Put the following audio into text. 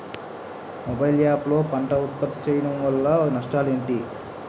Mobile app లో పంట నే ఉప్పత్తి చేయడం వల్ల నష్టాలు ఏంటి?